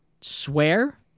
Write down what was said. swear